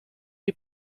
die